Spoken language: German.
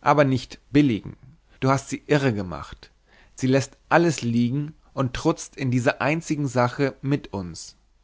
aber nicht billigen du hast sie irregemacht sie läßt alles liegen und trutzt in dieser einzigen sache mit uns